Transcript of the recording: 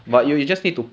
can lah